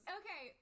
okay